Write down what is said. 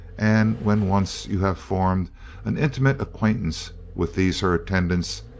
and when once you have formed an intimate acquaintance with these her attendants,